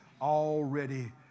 already